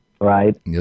right